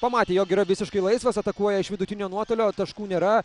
pamatė jog yra visiškai laisvas atakuoja iš vidutinio nuotolio taškų nėra